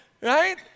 Right